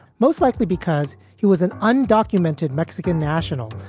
most likely because he was an undocumented mexican national,